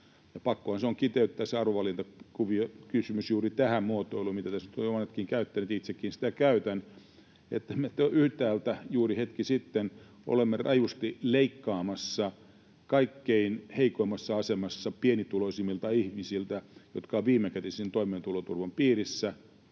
Pakkohan se on kiteyttää se arvovalintakysymys juuri tähän muotoiluun, mitä tässä monetkin ovat käyttäneet — itsekin sitä käytän — että yhtäältä juuri hetki sitten olimme rajusti leikkaamassa kaikkein heikoimmassa asemassa olevilta pienituloisimmilta ihmisiltä, jotka ovat viimekätisen toimeentuloturvan piirissä,